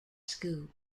school